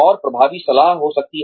और प्रभावी सलाह हो सकती है